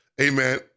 amen